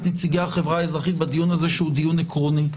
נציגי החברה האזרחית בדיון העקרוני הזה.